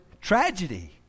tragedy